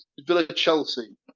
Villa-Chelsea